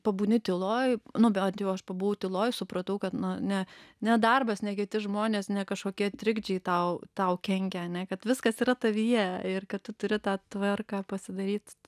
pabūni tyloj nu bent jau aš pabuvau tyloj supratau kad na ne ne darbas ne kiti žmonės ne kažkokie trikdžiai tau tau kenkia ane kad viskas yra tavyje ir kad turi tą tvarką pasidaryt